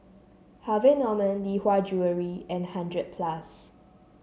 Harvey Norman Lee Hwa Jewellery and hundred plus